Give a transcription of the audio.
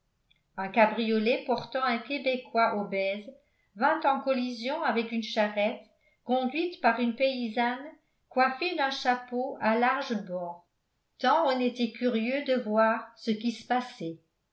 un cabriolet portant un québecquois obèse vint en collision avec une charrette conduite par une paysanne coiffée d'un chapeau à larges bords tant on était curieux de voir ce qui se passait